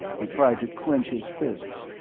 he tried to clench his fists,